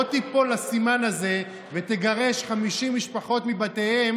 תיפול לסימן הזה ותגרש 50 משפחות מבתיהן